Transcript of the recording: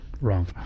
wrong